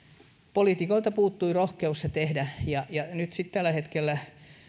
poliitikoilta puuttui rohkeus se tehdä ja ja nyt sitten tällä hetkellä